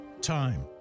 Time